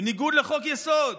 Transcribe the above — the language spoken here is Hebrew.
בניגוד לחוק יסוד,